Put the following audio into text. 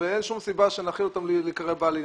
ואין שום סיבה שהם ייקראו בעל עניין.